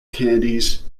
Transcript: candies